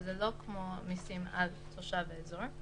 שזה לא כמו מיסים על תושב האזור,